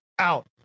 out